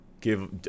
give